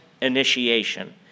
initiation